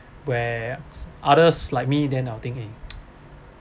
where others like me then I will think eh